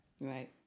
Right